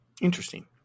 Interesting